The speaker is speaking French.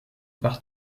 par